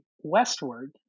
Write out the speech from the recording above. westward